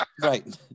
Right